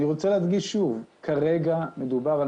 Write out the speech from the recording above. אני רוצה להדגיש שוב: כרגע מדובר על